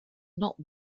not